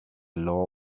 law